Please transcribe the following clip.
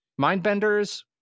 Mindbenders